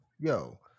Yo